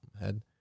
head